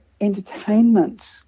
entertainment